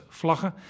vlaggen